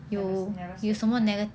never never specify